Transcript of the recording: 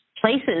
places